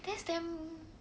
that's damn